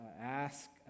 ask